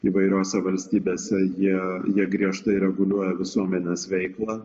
įvairiose valstybėse jie jie griežtai reguliuoja visuomenės veiklą